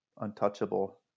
untouchable